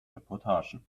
reportagen